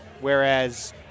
Whereas